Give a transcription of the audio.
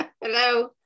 hello